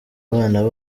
abana